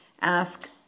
ask